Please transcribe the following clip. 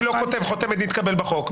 אני לא כותב "חותמת נתקבל" בחוק,